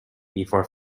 before